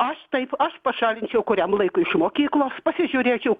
aš taip aš pašalinčiau kuriam laikui iš mokyklos pasižiūrėčiau